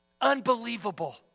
Unbelievable